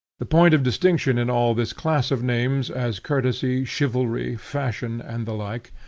the point of distinction in all this class of names, as courtesy, chivalry, fashion, and the like,